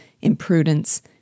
imprudence